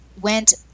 went